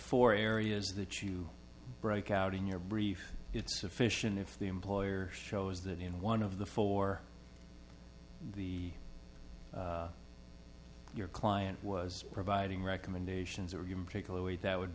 four areas that you break out in your brief it's sufficient if the employer shows that in one of the four the your client was providing recommendations or even particularly that would